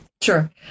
Sure